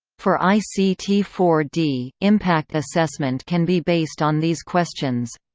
for i c t four d, impact assessment can be based on these questions